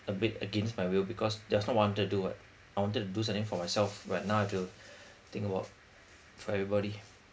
a bit against my will because that's not wanted do [what] I wanted to do something for myself but now I have to think about for everybody